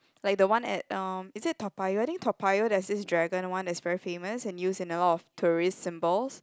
like the one at uh is it Toa-Payoh I think Toa-Payoh there's this dragon one that's very famous and used in a lot of tourist symbols